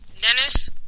Dennis